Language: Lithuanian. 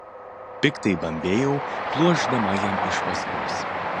piktai bambėjau pluošdama jam iš paskos